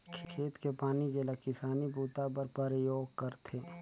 खेत के पानी जेला किसानी बूता बर परयोग करथे